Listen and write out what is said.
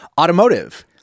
Automotive